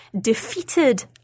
defeated